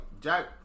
Jack